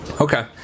Okay